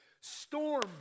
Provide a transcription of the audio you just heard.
Storm